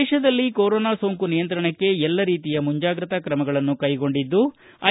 ದೇಶದಲ್ಲಿ ಕೊರೊನಾ ಸೋಂಕು ನಿಯಂತ್ರಣಕ್ಕೆ ಎಲ್ಲ ರೀತಿಯ ಮುಂಜಾಗ್ರತ ಕ್ರಮಗಳನ್ನು ಕೈಗೊಂಡಿದ್ದು ಐ